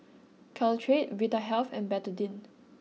Caltrate Vitahealth and Betadine